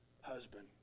husband